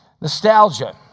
Nostalgia